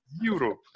Europe